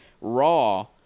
raw